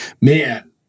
Man